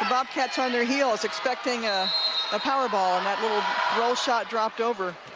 the bobcats on their heels expecting ah the powerball and thatlittle shot dropped over.